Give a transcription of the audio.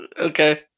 Okay